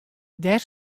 dêr